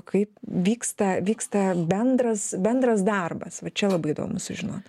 kaip vyksta vyksta bendras bendras darbas va čia labai įdomu sužinot